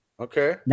Okay